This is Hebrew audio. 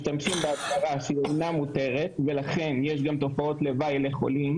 משתמשים בהדברה שהיא מותרת ולכן יש גם תופעות לוואי לחולים,